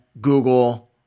Google